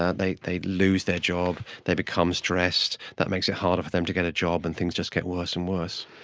ah they they lose their job, they become stressed, that makes it harder for them to get a job and things just get worse and worse.